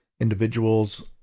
individuals